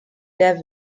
der